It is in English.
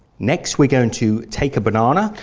next we're going to take a banana,